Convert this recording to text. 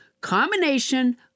combination